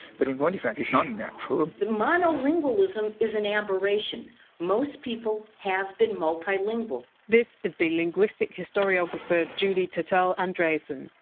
but in point of fact, it's not natural and monolingualism is an aberration most people have been multilingual this is the linguistic historiographer julie tetel andresen.